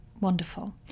wonderful